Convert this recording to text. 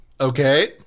Okay